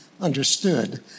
understood